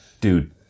Dude